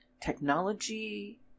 technology